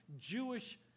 Jewish